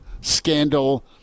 scandal